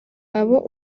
abo